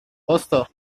واستا